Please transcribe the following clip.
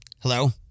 Hello